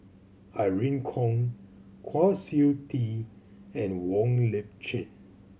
Irene Khong Kwa Siew Tee and Wong Lip Chin